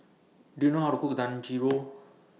Do YOU know How to Cook Dangojiru